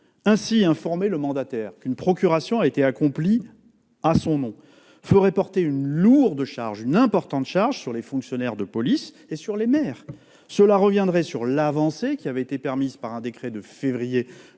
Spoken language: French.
devoir informer le mandataire qu'une procuration a été établie à son nom ferait porter une charge lourde et importante sur les fonctionnaires de police et les maires. Cela reviendrait sur l'avancée qu'a permise un décret de février 2004-